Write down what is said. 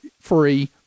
free